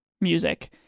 music